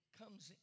comes